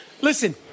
listen